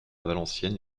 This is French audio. valenciennes